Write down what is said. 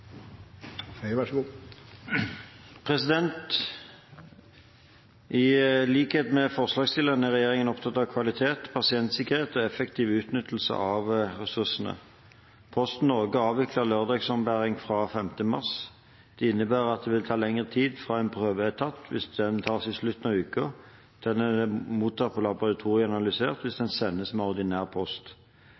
regjeringen opptatt av kvalitet, pasientsikkerhet og effektiv utnyttelse av ressursene. Posten Norge avviklet lørdagsombæring fra 5. mars. Det innebærer at det vil ta lengre tid fra en prøve er tatt, hvis den tas i slutten av uken, til den er mottatt på laboratoriet og analysert hvis den sendes med ordinær post.